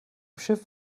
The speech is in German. schiff